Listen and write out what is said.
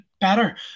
better